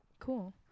cool